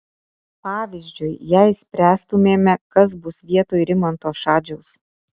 pavyzdžiui jei spręstumėme kas bus vietoj rimanto šadžiaus